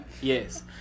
Yes